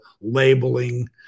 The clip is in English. labeling